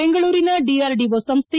ಬೆಂಗಳೂರಿನ ಡಿಆರ್ಡಿಓ ಸಂಸ್ಕೆ